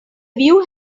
view